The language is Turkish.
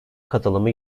katılımı